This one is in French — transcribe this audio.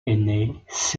est